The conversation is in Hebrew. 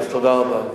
תודה רבה.